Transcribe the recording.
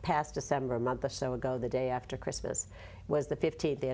past december a month or so ago the day after christmas was the fifteenth